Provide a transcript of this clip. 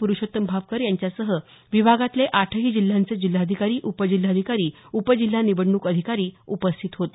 पुरूषोत्तम भापकर यांच्यासह विभागातले आठही जिल्ह्यांचे जिल्हाधिकारी उपजिल्हाधिकारी उपजिल्हा निवडणूक अधिकारी उपस्थित होते